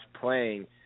playing